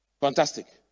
fantastic